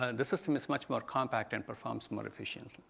ah the system is much more compact and performs more efficiently.